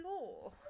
law